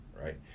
right